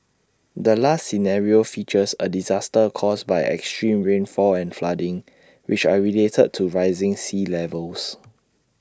the last scenario features A disaster caused by extreme rainfall and flooding which are related to rising sea levels